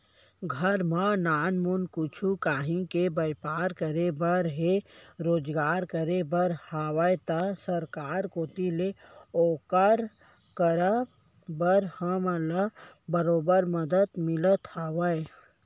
घर म नानमुन कुछु काहीं के बैपार करे बर हे रोजगार करे बर हावय त सरकार कोती ले ओकर बर हमन ल बरोबर मदद मिलत हवय